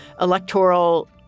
electoral